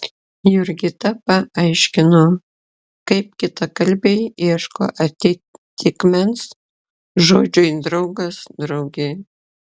jurgita paaiškino kaip kitakalbiai ieško atitikmens žodžiui draugas draugė